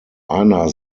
einer